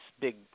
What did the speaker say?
big